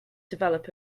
develop